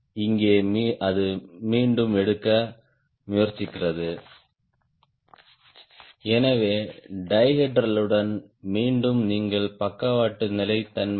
ஆனால் இதுபோன்ற ஒரு லோ விங் நாம் ஒருபோதும் காண மாட்டோம் ஏதேனும் காரணத்திற்காக அல்லது பிற காரணங்களுக்காக லோ விங் தேவைப்பட்டால் இது போன்ற வடிவத்தைக் கொண்டிருக்கும் இந்த கோணத்தை நாம் டைஹெட்ரல் அங்கிள் என்று அழைப்போம் எனவே இந்த லோ விங்ஸ் சில டைஹெட்ரல் அங்கிள் வழங்கப்படுகிறது